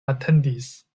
atendis